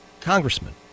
congressman